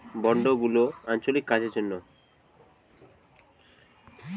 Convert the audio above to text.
চাষীদের সাথে যদি কেউ কন্ট্রাক্ট বানিয়ে তাদের জমি চাষ করে